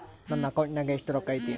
ನನ್ನ ಅಕೌಂಟ್ ನಾಗ ಎಷ್ಟು ರೊಕ್ಕ ಐತಿ?